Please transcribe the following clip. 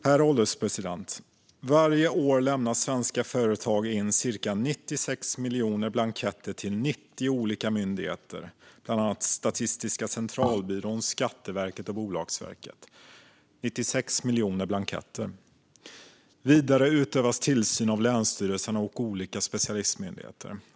Herr ålderspresident! Varje år lämnar svenska företag in cirka 96 miljoner blanketter till 90 olika myndigheter, bland annat Statistiska centralbyrån, Skatteverket och Bolagsverket - 96 miljoner blanketter! Vidare utövas tillsyn av länsstyrelserna och olika specialistmyndigheter.